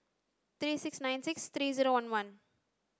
three six nine six three zero one one